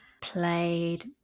played